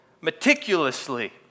meticulously